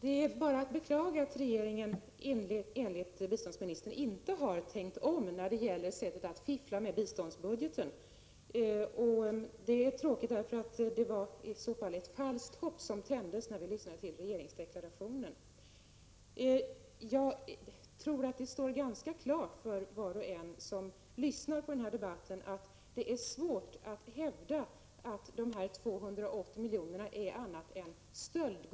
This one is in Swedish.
att få arbete. I stället tvingas många bli förtidspensionerade utan chans att få pröva ett arbete. Från såväl LO:s som SAF:s representanter uttrycktes önskemål om att Värmland borde bli försökslän i vad gällde nya idéer och mindre stelbenta regler i vad gällde partiellt arbetsföras möjligheter att få ett arbete i stället för förtidspension. Det vore viktigt att bl.a. pröva nya regler för lönebidragen — inte minst inom den öppna marknaden.